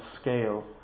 scale